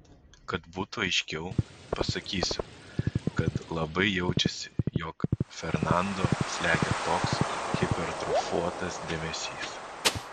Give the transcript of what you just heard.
kad būtų aiškiau pasakysiu kad labai jaučiasi jog fernando slegia toks hipertrofuotas dėmesys